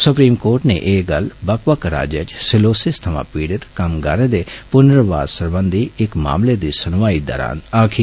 सुप्रीक court नै एह गल्ल बक्ख बक्ख राज्यें च ैपसपबवेपे थमां पीड़त कम्मगारे दे पुर्णवास सरबंधी इक मामले दी सुनवाई दौरान आक्खी